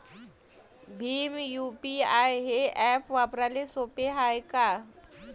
Bhim UPI हे app वापराले सोपे हाय का?